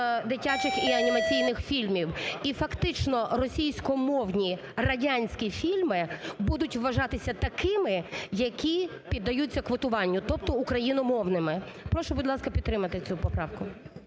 дитячих і анімаційних фільмів. І фактично російськомовні радянські фільми будуть вважатися такими, які піддаються квотуванню, тобто україномовними. Прошу, будь ласка, підтримати цю поправку.